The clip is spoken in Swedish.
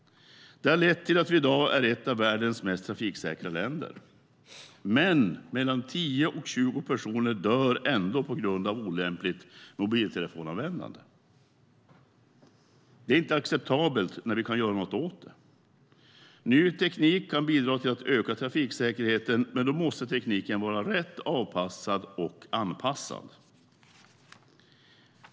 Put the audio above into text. Det har lett till att vi i dag är ett av världens mest trafiksäkra länder. Men mellan 10 och 20 personer dör ändå på grund av olämpligt mobiltelefonanvändande. Det är inte acceptabelt eftersom vi kan göra något åt det. Ny teknik kan bidra till att öka trafiksäkerheten, men då måste tekniken vara rätt avpassad och anpassad.